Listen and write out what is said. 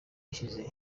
ishize